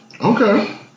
Okay